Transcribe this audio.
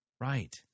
Right